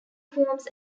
forms